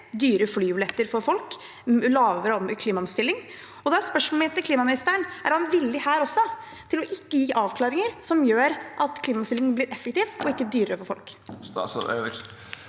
dyre flybilletter for folk og lavere klimaomstilling. Da er spørsmålet mitt til klimaministeren: Er han villig også her til å ikke gi avklaringer som gjør at klimaomstillingen blir effektiv? Det blir dyrere for folk.